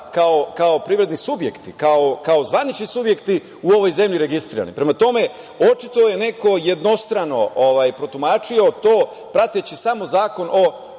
kao privredni subjekti, kao zvanični subjekti u ovoj zemlji registrirani. Prema tome, očito je neko jednostrano protumačio to prateći samo Zakon o